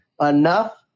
enough